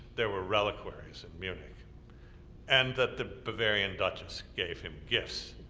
there were reliquaries in munich and that the bavarian duchess gave him gifts,